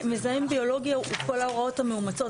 מזהם ביולוגי הוא כל ההוראות המאומצות,